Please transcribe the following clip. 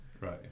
right